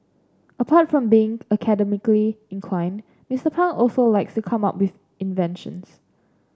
apart from being academically inclined Mister Pang also likes to come up with inventions